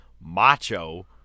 Macho